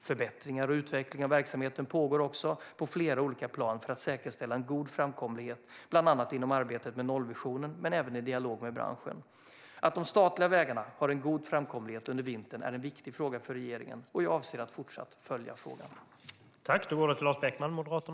Förbättringar och utveckling av verksamheten pågår också på flera olika plan för att säkerställa en god framkomlighet, bland annat inom arbetet med nollvisionen men även i dialog med branschen. Att de statliga vägarna har god framkomlighet under vintern är en viktig fråga för regeringen, och jag avser att fortsatt följa frågan.